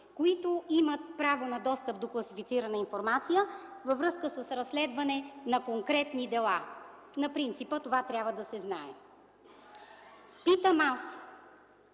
които имат право на достъп до класифицирана информация във връзка с разследване на конкретни дела, на принципа „това трябва да се знае”. Питам аз,